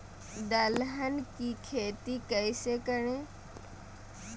दलहन की खेती कैसे करें?